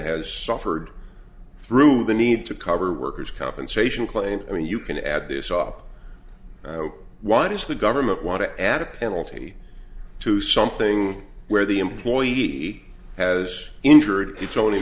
has suffered through the need to cover workers compensation claims and you can add this up why does the government want to add a penalty to something where the employee has injured